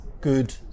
good